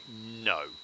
no